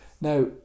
Now